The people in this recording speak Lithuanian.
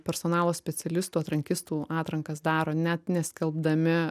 personalo specialistų atrankistų atrankas daro net neskelbdami